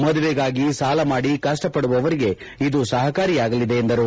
ಮದುವೆಗಾಗಿ ಸಾಲಮಾಡಿ ಕಷ್ಷಪಡುವವರಿಗೆ ಇದು ಸಹಕಾರಿಯಾಗಲಿದೆ ಎಂದರು